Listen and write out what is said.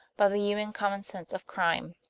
by the human common sense of crime.